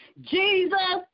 Jesus